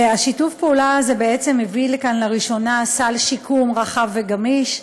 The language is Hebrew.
שיתוף הפעולה הזה הביא לכאן לראשונה סל שיקום רחב וגמיש,